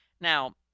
Now